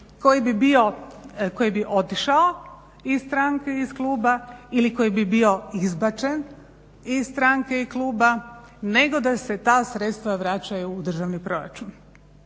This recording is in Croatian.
koji bi bio, koji bi otišao iz stranke i iz kluba ili koji bi bio izbačen iz stranke i kluba, nego da se ta sredstva vraćaju u državni proračun.